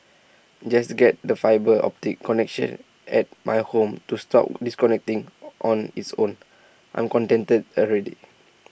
just get the fibre optic connection at my home to stop disconnecting on its own I'm contented already